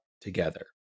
together